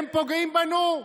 הם פוגעים בנו.